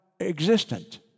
existent